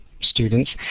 students